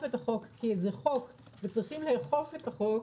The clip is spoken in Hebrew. את החוק כי זה חוק וצריכים לאכוף את החוק,